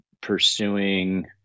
pursuing